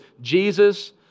Jesus